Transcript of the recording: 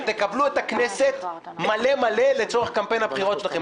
תקבלו את הכנסת מלא מלא לצורך קמפיין הבחירות שלכם.